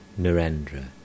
Narendra